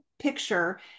picture